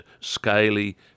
scaly